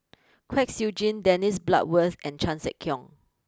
Kwek Siew Jin Dennis Bloodworth and Chan Sek Keong